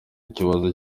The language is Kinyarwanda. ikibazo